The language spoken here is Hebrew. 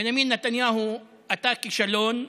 בנימין נתניהו, אתה כישלון,